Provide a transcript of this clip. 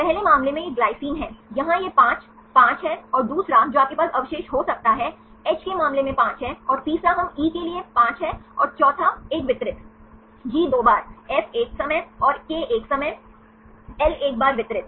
पहले मामले में यह ग्लाइसिन है यहाँ यह 5 5 है और दूसरा जो आपके पास अवशेष हो सकता है एच के मामले में 5 है और तीसरा हम ई के लिए 5 है और चौथा एक वितरित जी 2 बार एफ 1 समय और के 1 समय एल 1 बार वितरित